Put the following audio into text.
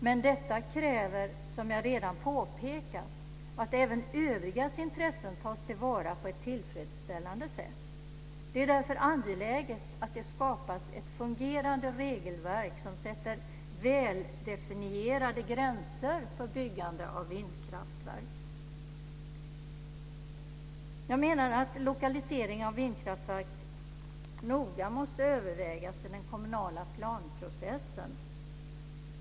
Men detta kräver, som jag redan påpekat, att även övrigas intressen tas till vara på ett tillfredsställande sätt. Det är därför angeläget att det skapas ett fungerande regelverk som sätter väldefinierade gränser för byggande av vindkraftverk. Jag menar att lokalisering av vindkraftverk noga måste övervägas i den kommunala planprocessen.